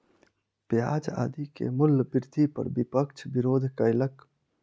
प्याज आदि के मूल्य वृद्धि पर विपक्ष विरोध कयलक